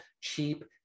cheap